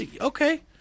Okay